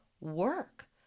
work